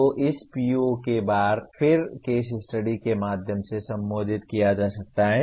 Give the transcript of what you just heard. तो इस PO को एक बार फिर केस स्टडी के माध्यम से संबोधित किया जा सकता है